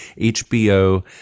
hbo